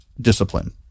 discipline